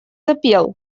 запел